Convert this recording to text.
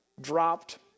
dropped